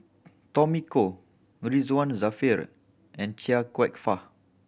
Tommy Koh Ridzwan Dzafir and Chia Kwek Fah